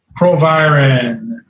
Proviron